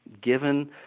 given